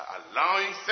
allowing